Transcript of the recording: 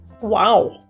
Wow